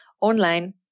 online